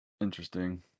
interesting